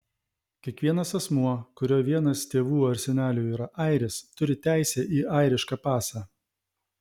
kiekvienas asmuo kurio vienas tėvų ar senelių yra airis turi teisę į airišką pasą